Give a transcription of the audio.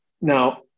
Now